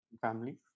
Family